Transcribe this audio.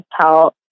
tell